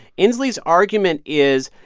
inslee's argument is,